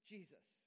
Jesus